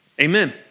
Amen